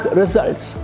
results